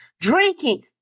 drinking